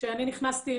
כשאני נכנסתי,